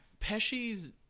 Pesci's